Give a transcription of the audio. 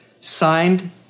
signed